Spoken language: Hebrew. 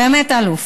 באמת אלוף.